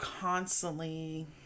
constantly